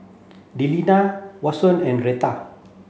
Delinda Vashon and Rheta